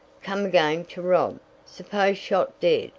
come again to rob suppose shot dead,